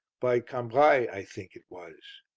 by cambrai, i think it was.